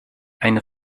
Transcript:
eine